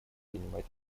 принимать